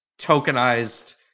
tokenized